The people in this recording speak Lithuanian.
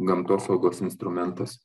gamtosaugos instrumentas